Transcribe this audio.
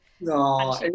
No